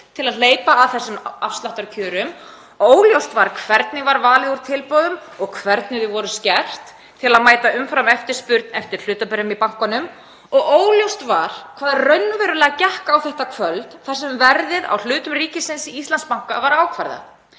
til að hleypa að þessum afsláttarkjörum. Óljóst var hvernig var valið úr tilboðum og hvernig þau voru skert til að mæta umframeftirspurn eftir hlutabréfum í bankanum og óljóst var hvað raunverulega gekk á þetta kvöld þar sem verðið á hlutum ríkisins í Íslandsbanka var ákvarðað.